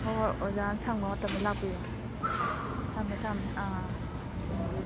ꯍꯣꯏ ꯍꯣꯏ ꯑꯣꯖꯥꯅ ꯁꯪꯕ ꯃꯇꯝꯗ ꯂꯥꯛꯄꯤꯔꯣ ꯊꯝꯃꯦ ꯊꯝꯃꯦ ꯑꯥ ꯎꯝ